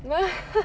what